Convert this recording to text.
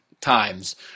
times